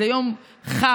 זה יום חג.